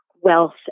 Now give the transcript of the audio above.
wealth